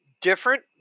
different